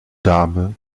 dame